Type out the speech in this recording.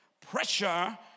Pressure